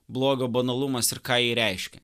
blogio banalumas ir ką ji reiškia